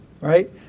right